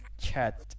chat